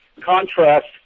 contrast